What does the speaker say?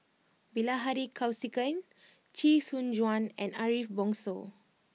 Bilahari Kausikan Chee Soon Juan and Ariff Bongso